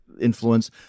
influence